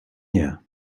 nie